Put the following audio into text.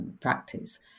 practice